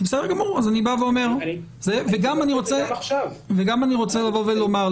וגם אני רוצה לומר,